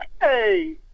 hey